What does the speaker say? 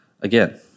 Again